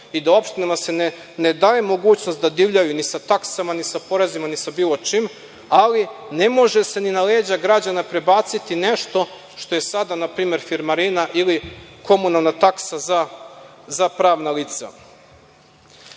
i da se opštinama ne daje mogućnost da divljaju ni sa taksama ni sa porezima, ni sa bilo čim, ali ne može se ni na leđa građana prebaciti nešto što je sada firmarina ili komunalna taksa za pravna